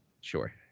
sure